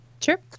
Sure